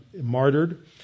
martyred